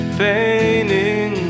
feigning